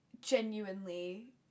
genuinely